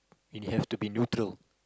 it has to be neutral